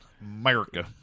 America